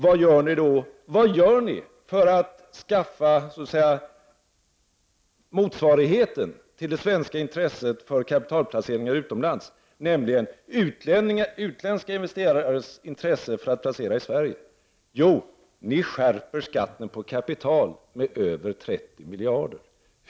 Vad gör ni då för att så att säga skaffa motsvarigheter till det svenska intresset för kapitalplaceringar utomlands, nämligen utländska investerares intresse för att placera i Sverige? Jo, ni skärper skatten på kapital med över 30 miljarder.